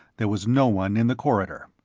there was no one in the corridor.